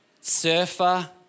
surfer